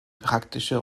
praktische